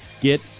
Get